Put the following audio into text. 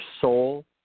soul